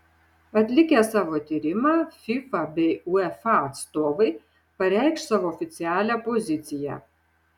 atlikę savo tyrimą fifa bei uefa atstovai pareikš savo oficialią poziciją